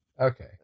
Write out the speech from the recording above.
Okay